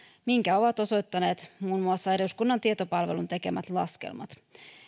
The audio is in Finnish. minkä ovat osoittaneet muun muassa eduskunnan tietopalvelun tekemät laskelmat